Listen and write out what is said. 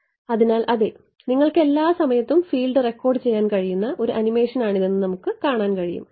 അതിനാൽ അതെ നിങ്ങൾക്ക് എല്ലാ സമയത്തും ഫീൽഡ് റെക്കോർഡുചെയ്യാൻ കഴിയുന്ന ഒരു ആനിമേഷൻ ആണിതെന്ന് നമുക്ക് കാണാൻ കഴിയും